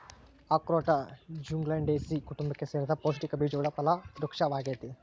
ಅಖ್ರೋಟ ಜ್ಯುಗ್ಲಂಡೇಸೀ ಕುಟುಂಬಕ್ಕೆ ಸೇರಿದ ಪೌಷ್ಟಿಕ ಬೀಜವುಳ್ಳ ಫಲ ವೃಕ್ಪವಾಗೈತಿ